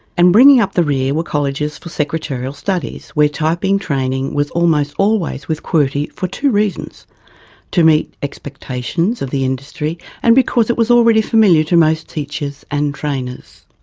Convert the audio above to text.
and bringing up the rear were colleges for secretarial studies, where typing training was almost always with qwerty for two reasons to meet expectations of the industry and because it was already familiar to most teachers and trainers.